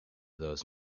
those